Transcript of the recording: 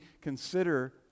consider